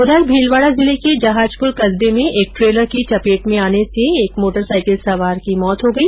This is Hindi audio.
उधर भीलवाडा जिले के जहाजपुर कस्बे में एक ट्रेलर की चपेट में आने से एक मोटरसाइकिल सवार की मौत हो गई